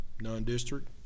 non-district